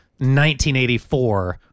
1984